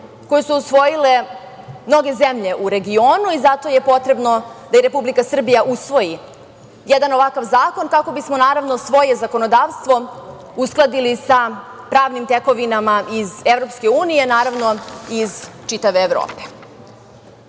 koje su usvojile mnoge zemlje u regionu i zato je potrebno da i Republika Srbija usvoji jedan ovakav zakon kako bismo naravno svoje zakonodavstvo uskladili sa pravnim tekovinama iz Evropske unije, naravno i iz čitave Evrope. Kada